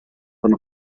von